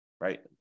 right